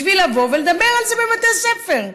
בשביל לבוא ולדבר על זה בבתי הספר.